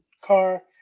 car